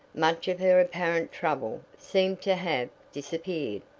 much of her apparent trouble seemed to have disappeared.